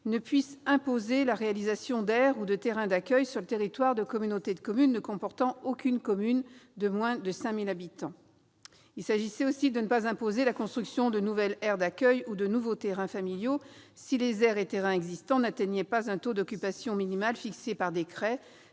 ne puisse imposer la réalisation d'aires ou de terrains d'accueil sur le territoire de communautés de communes ne comportant aucune commune de plus de 5 000 habitants. Il s'agissait, ensuite, de ne pas imposer la construction de nouvelles aires d'accueil ou de nouveaux terrains familiaux si les aires et terrains existants n'atteignaient pas un taux d'occupation minimal fixé par décret,